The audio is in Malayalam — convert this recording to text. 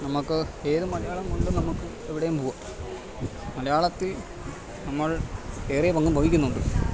നമുക്ക് ഏത് മലയാളങ്കൊണ്ടും നമുക്ക് എവിടേമ്പോവാം മലയാളത്തിൽ നമ്മൾ ഏറിയ പങ്കും വഹിക്കുന്നുണ്ട്